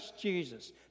Jesus